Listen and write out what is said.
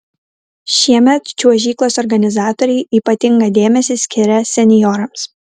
šiemet čiuožyklos organizatoriai ypatingą dėmesį skiria senjorams